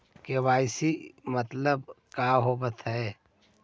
KYC मतलब का होव हइ?